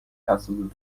تصادفی